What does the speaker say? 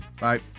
Bye